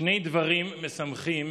שני דברים משמחים